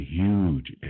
huge